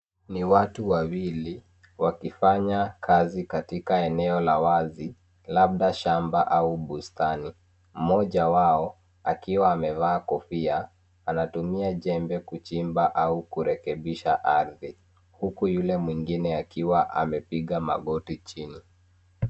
Ni watu wawili wakifanya kazi katika eneo la wazi, labda shamba au bustani. Mmoja wao akiwa amevaa kofia, anatumia jembe kuchimba au kurekebisha arthi. Huku yule mwingine akiwa amepiga magoti chini.